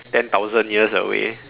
ten thousand years away